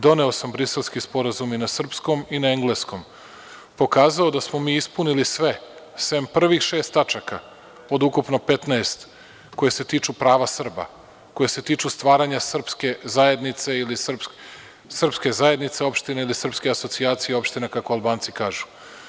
Doneo sam Briselski sporazum i na srpskom i na engleskom, pokazao da smo mi ispunili sve sem prvih šest tačaka, od ukupno 15 koje se tiču prava Srba, koja se tiču stvaranja srpske zajednice opštine ili srpske asocijacije opštine kako Albanci kažu.